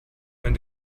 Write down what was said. when